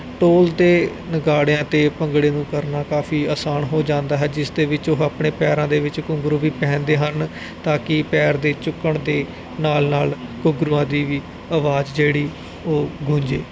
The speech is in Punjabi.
ਢੋਲ 'ਤੇ ਨਗਾੜਿਆਂ 'ਤੇ ਭੰਗੜੇ ਨੂੰ ਕਰਨਾ ਕਾਫੀ ਆਸਾਨ ਹੋ ਜਾਂਦਾ ਹੈ ਜਿਸ ਦੇ ਵਿੱਚ ਉਹ ਆਪਣੇ ਪੈਰਾਂ ਦੇ ਵਿੱਚ ਘੁੰਗਰੂ ਵੀ ਪਹਿਨਦੇ ਹਨ ਤਾਂ ਕਿ ਪੈਰ ਦੇ ਚੁੱਕਣ ਦੇ ਨਾਲ ਨਾਲ ਘੁੰਗਰੂਆਂ ਦੀ ਵੀ ਆਵਾਜ਼ ਜਿਹੜੀ ਉਹ ਗੂੰਜੇ